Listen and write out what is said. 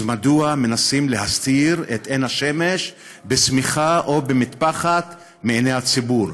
אז מדוע מנסים להסתיר את עין השמש בשמיכה או במטפחת מעיני הציבור?